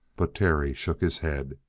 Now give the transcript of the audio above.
but terry shook his head.